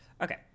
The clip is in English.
Okay